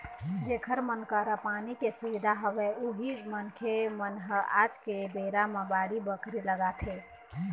जेखर मन करा पानी के सुबिधा हवय उही मनखे मन ह आज के बेरा म बाड़ी बखरी लगाथे